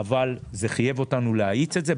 זה חייב אותנו להאיץ את זה.